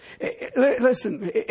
listen